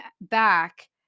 back